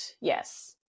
Yes